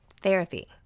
Therapy